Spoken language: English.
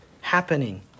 happening